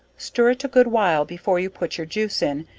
stir it a good while before you put your juice in,